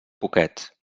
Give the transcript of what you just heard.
poquets